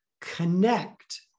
connect